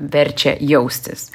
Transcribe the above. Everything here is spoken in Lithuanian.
verčia jaustis